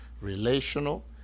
relational